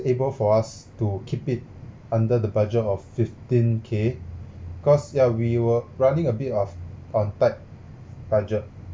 able for us to keep it under the budget of fifteen K cause ya we were running a bit of on tight budget